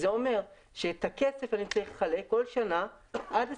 אומר שאת הכסף אני צריך לחלק בכל שנה עד לספטמבר,